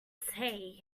say